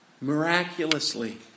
Miraculously